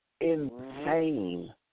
insane